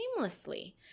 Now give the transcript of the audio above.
seamlessly